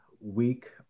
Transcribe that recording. week